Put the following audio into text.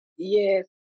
Yes